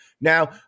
Now